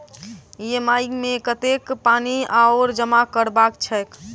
EMI मे कतेक पानि आओर जमा करबाक छैक?